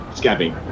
scabbing